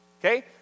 okay